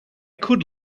could